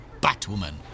Batwoman